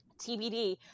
TBD